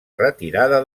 retirada